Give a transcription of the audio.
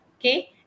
okay